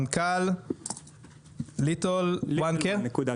מנכ"ל LittleOne.Care.